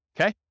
Okay